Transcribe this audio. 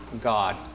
God